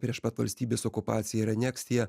prieš pat valstybės okupaciją ir aneksiją